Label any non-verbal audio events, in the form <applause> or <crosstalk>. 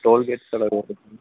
tollgate <unintelligible>